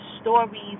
stories